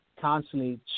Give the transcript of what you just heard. constantly